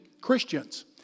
Christians